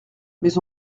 mais